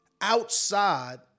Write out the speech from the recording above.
outside